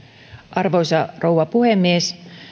arvoisa rouva puhemies